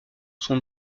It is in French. sont